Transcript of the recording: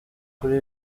kuri